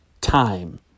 time